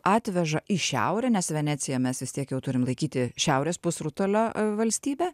atveža į šiaurę nes venecija mes vis tiek jau turim laikyti šiaurės pusrutulio valstybe